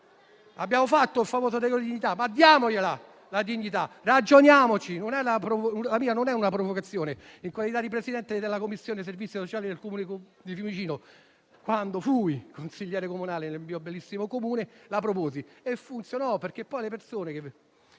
Abbiamo approvato il famoso decreto-legge dignità? Diamo loro questa dignità, ragioniamoci; la mia non è una provocazione. In qualità di presidente della commissione servizi sociali del Comune di Fiumicino, quando fui consigliere comunale nel mio bellissimo Comune feci questa proposta e funzionò: le persone